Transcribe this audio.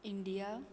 India